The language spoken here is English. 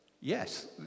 Yes